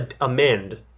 amend